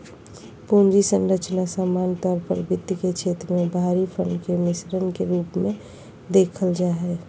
पूंजी संरचना सामान्य तौर पर वित्त के क्षेत्र मे बाहरी फंड के मिश्रण के रूप मे देखल जा हय